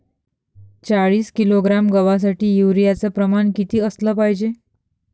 चाळीस किलोग्रॅम गवासाठी यूरिया च प्रमान किती असलं पायजे?